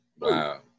Wow